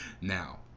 now